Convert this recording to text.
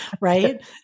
right